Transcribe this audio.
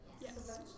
Yes